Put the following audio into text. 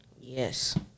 Yes